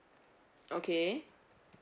okay